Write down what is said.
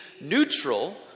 neutral